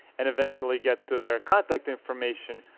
and, eventually, get to their contact information,